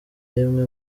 rimwe